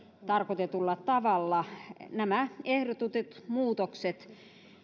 tarkoitetulla tavalla nämä ehdotetut muutokset